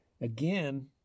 again